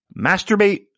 masturbate